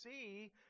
see